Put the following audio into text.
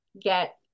get